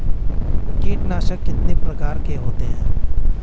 कीटनाशक कितने प्रकार के होते हैं?